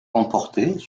emportés